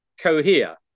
cohere